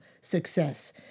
success